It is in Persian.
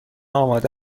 آماده